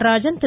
Natarajan Thiru